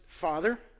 father